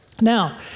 Now